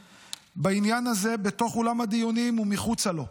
בעניין הזה בתוך אולם הדיונים ומחוצה לו.